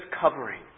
covering